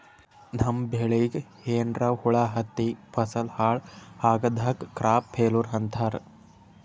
ನಮ್ಮ್ ಬೆಳಿಗ್ ಏನ್ರಾ ಹುಳಾ ಹತ್ತಿ ಫಸಲ್ ಹಾಳ್ ಆಗಾದಕ್ ಕ್ರಾಪ್ ಫೇಲ್ಯೂರ್ ಅಂತಾರ್